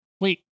Wait